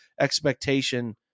expectation